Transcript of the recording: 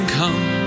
come